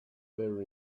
their